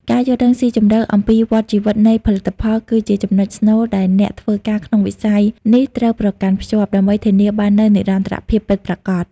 ការយល់ដឹងស៊ីជម្រៅអំពីវដ្ដជីវិតនៃផលិតផល គឺជាចំណុចស្នូលដែលអ្នកធ្វើការក្នុងវិស័យនេះត្រូវប្រកាន់ខ្ជាប់ ដើម្បីធានាបាននូវនិរន្តរភាពពិតប្រាកដ។